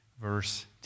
Verse